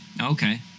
Okay